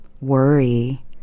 worry